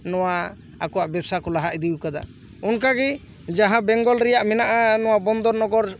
ᱱᱚᱣᱟ ᱟᱠᱚᱣᱟᱜ ᱵᱮᱵᱥᱟ ᱠᱚ ᱞᱟᱦᱟ ᱤᱫᱤᱭ ᱠᱟᱫᱟ ᱚᱱᱠᱟ ᱜᱮ ᱡᱟᱦᱟᱸ ᱵᱮᱝᱜᱚᱞ ᱨᱮᱭᱟᱜ ᱢᱮᱱᱟᱜᱼᱟ ᱱᱚᱣᱟ ᱵᱚᱱᱫᱚᱨ ᱱᱚᱜᱚᱨ